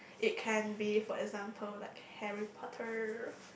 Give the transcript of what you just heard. it can be for example like Harry-Potter